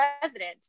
president